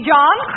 John